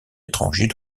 étrangers